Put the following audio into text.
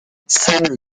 sam